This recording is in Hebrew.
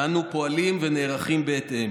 ואנו פועלים ונערכים בהתאם,